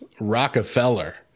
Rockefeller